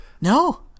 No